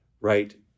right